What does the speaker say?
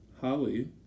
Holly